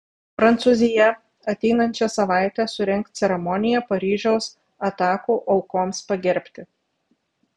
prancūzija ateinančią savaitę surengs ceremoniją paryžiaus atakų aukoms pagerbti